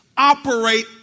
operate